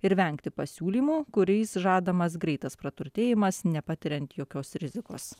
ir vengti pasiūlymų kuriais žadamas greitas praturtėjimas nepatiriant jokios rizikos